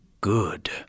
good